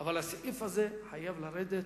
אבל הסעיף הזה חייב לרדת,